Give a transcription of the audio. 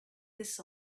this